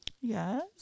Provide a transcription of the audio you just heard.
Yes